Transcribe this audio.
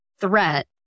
threat